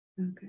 Okay